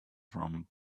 from